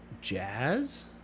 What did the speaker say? jazz